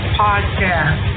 podcast